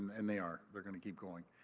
and they are. they are going to keep going.